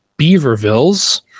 Beavervilles